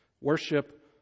worship